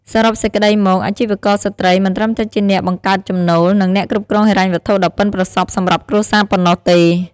សរុបសេចក្ដីមក អាជីវករស្ត្រីមិនត្រឹមតែជាអ្នកបង្កើតចំណូល និងអ្នកគ្រប់គ្រងហិរញ្ញវត្ថុដ៏ប៉ិនប្រសប់សម្រាប់គ្រួសារប៉ុណ្ណោះទេ។